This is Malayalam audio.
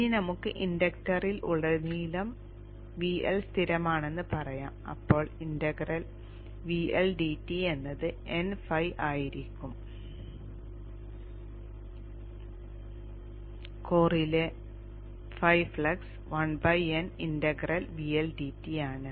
ഇനി നമുക്ക് ഇൻഡക്ടറിൽ ഉടനീളം VL സ്ഥിരമാണെന്ന് പറയാം അപ്പോൾ എന്നത് N φ ആയിരിക്കും കോറിലെ φ ഫ്ലക്സ് ആണ്